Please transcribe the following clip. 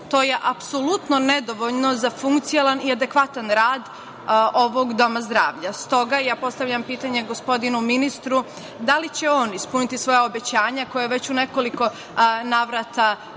to je apsolutno nedovoljno za funkcionalan i adekvatan rad ovog doma zdravlja. Stoga, ja postavljam pitanje gospodinu ministru – da li će on ispuniti svoja obećanja koja su već u nekoliko navrata izrečena,